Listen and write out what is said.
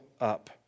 up